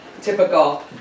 typical